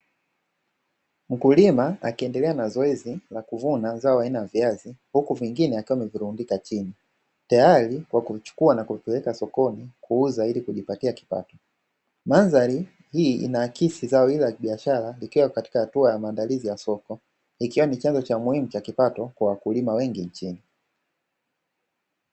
Mkulima akiendelea na zoezi la kuvuna zao la viazi huku vingine akiwa amevirundika chini tayari kwa kuvipeleka sokoni kuuza na kujipatia kipato, mandhari hii inaakisi zao hili la kibiashara likiwa katika maandalizi ya soko, ikiwa ni chanzo muhimu cha kipato kwa wakulima wengi nchi.